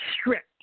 Strict